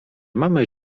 mamy